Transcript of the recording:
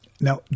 Now